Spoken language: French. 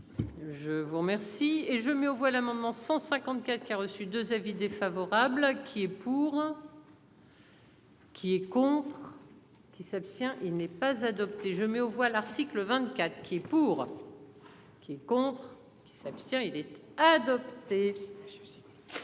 Je vous remercie et je mets aux voix l'amendement 154 qui a reçu 2 avis défavorable qui est pour. Qui est contre qui s'abstient. Il n'est pas adopté, je mets aux voix. L'article 24 qui est pour. Qui est contre qui s'abstient il est adopté.